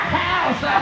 house